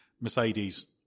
Mercedes